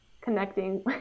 connecting